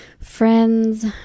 friends